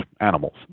animals